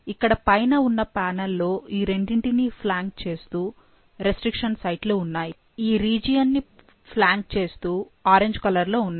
ఇక్కడ పైన ఉన్న ప్యానల్ లో ఈ రెండింటినీ ప్లాంక్ చేస్తూ రెస్త్రిక్షన్ సైట్లు ఉన్నాయి ఈ రీజియన్ ని ప్లాంక్ చేస్తూ ఆరెంజ్ కలర్ లో ఉన్నాయి